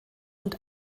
und